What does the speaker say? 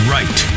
Right